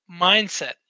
mindset